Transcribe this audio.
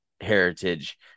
heritage